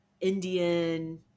Indian